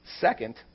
second